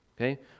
Okay